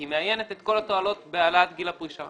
כי היא מאיינת את כל התועלות בהעלאת גיל הפרישה.